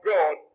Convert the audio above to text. God